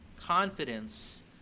confidence